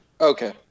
Okay